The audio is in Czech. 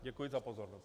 Děkuji za pozornost.